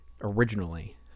originally